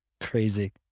Crazy